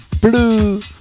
blue